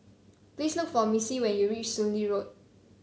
please look for Missie when you reach Soon Lee Road